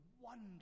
wonder